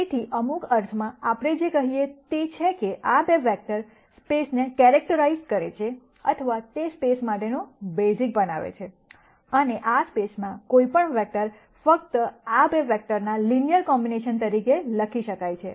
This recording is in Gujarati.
તેથી અમુક અર્થમાં આપણે જે કહીએ છીએ તે છે કે આ 2 વેક્ટર સ્પેસને કેરક્ટરાઇજ઼ કરે છે અથવા તે સ્પેસ માટેનો બેસીસ બનાવે છે અને આ સ્પેસમાં કોઈપણ વેક્ટર ફક્ત આ 2 વેક્ટરના લિનયર કોમ્બિનેશન તરીકે લખી શકાય છે